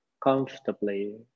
comfortably